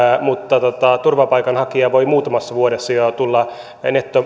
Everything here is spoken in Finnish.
mutta turvapaikanhakija voi muutamassa vuodessa jo tulla